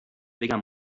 بگم